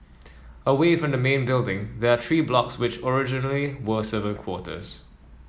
away from the main building there are three blocks which originally were servant quarters